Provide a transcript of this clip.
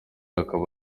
akaba